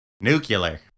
Nuclear